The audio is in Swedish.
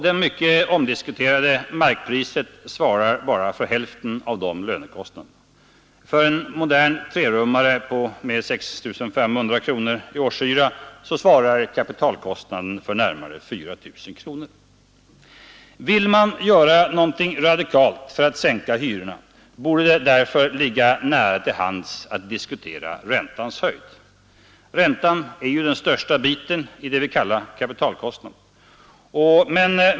Det mycket omdiskuterade markpriset motsvarar bara hälften av lönekostnaden. För en modern trerummare med 6 500 kronor i årshyra utgör kapitalkostnaden närmare 4 000 kronor. Vill man göra någonting radikalt för att sänka hyrorna, borde det därför ligga nära till hands att diskutera räntans höjd. Räntan är ju den största biten i det vi kallar kapitalkostnad.